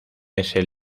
ese